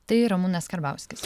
tai ramūnas karbauskis